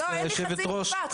כבוד היושבת-ראש,